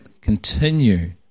continue